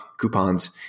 coupons